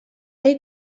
ell